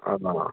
हँ